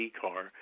car